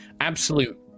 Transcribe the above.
absolute